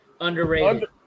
underrated